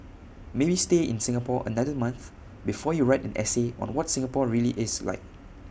maybe stay in Singapore another month before you write an essay on what Singapore really is like